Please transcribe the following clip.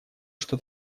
что